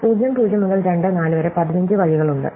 0 0 മുതൽ 2 4 വരെ 15 വഴികളുണ്ട്